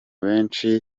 benshi